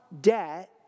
debt